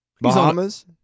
Bahamas